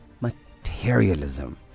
materialism